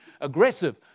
aggressive